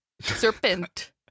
Serpent